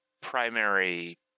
primary